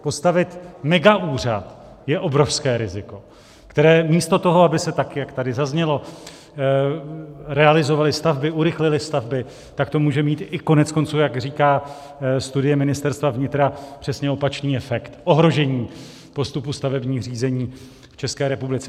Postavit megaúřad je obrovské riziko, které místo toho, aby se tak, jak tady zaznělo, realizovaly stavby, urychlily stavby, tak to může mít i koneckonců, jak říká studie Ministerstva vnitra, přesně opačný efekt ohrožení postupu stavebních řízení v České republice.